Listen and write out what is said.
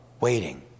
waiting